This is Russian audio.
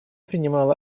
принимала